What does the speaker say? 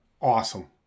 awesome